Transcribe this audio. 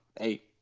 hey